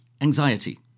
anxiety